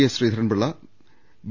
A സ്ശ്രീധരൻപിള്ള V